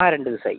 അ രണ്ട് ദിവസമായി